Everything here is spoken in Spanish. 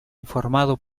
informado